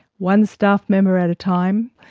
one staff member at a time.